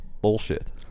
bullshit